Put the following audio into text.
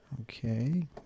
okay